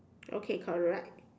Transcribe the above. okay correct